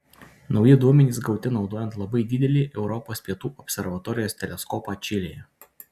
nauji duomenys gauti naudojant labai didelį europos pietų observatorijos teleskopą čilėje